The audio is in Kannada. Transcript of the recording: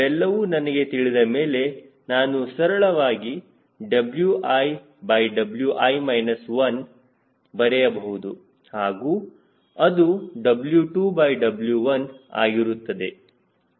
ಇವೆಲ್ಲವೂ ನನಗೆ ತಿಳಿದಮೇಲೆ ನಾನು ಸರಳವಾಗಿ Wi Wi 1 ಬರೆಯಬಹುದು ಹಾಗೂ ಅದು W2W1 ಆಗಿರುತ್ತದೆ